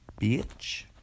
bitch